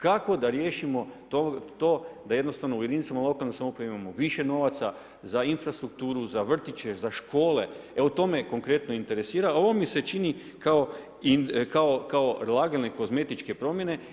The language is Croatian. Kako da riješimo to, da jednostavno u jedinicama lokalne samouprave, imamo više novaca, za infrastrukturu, za vrtiće, za škole, evo to me konkretno interesira, a ovo mi se čini kao lagane kozmetičke promjene.